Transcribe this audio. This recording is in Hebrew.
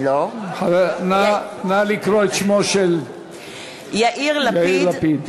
נא לקרוא את שמו של יאיר לפיד.